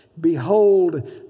Behold